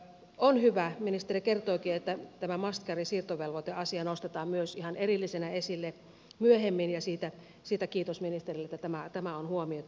on hyvä ministeri kertoikin että tämä must carry siirtovelvoiteasia nostetaan myös ihan erillisenä esille myöhemmin ja siitä kiitos ministerille että tämä on huomioitu